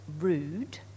rude